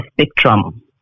spectrum